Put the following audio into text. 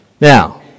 Now